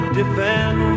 defend